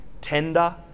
tender